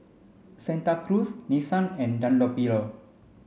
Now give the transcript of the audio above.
Santa Cruz Nissan and Dunlopillo